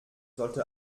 sollte